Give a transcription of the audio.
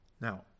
Now